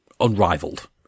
unrivaled